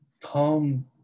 Come